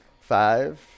Five